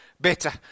better